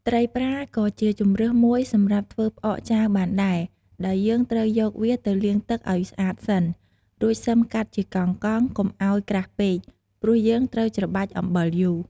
ត្រីប្រាក៏ជាជម្រើសមួយសម្រាប់ធ្វើផ្អកចាវបានដែរ ដោយយើងត្រូវយកវាទៅលាងទឹកឱ្យស្អាតសិន រួចសិមកាត់ជាកង់ៗ កុំឱ្យក្រាស់ពេក ព្រោះយើងត្រូវច្របាច់អំបិលយូរ។